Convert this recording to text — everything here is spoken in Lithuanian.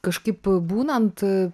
kažkaip būnant